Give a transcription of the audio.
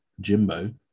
jimbo